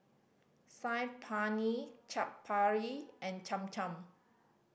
Saag Paneer Chaat Papri and Cham Cham